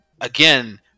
again